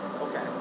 Okay